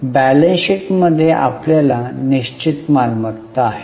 balance sheet मध्ये आपल्याकडे निश्चित मालमत्ता आहे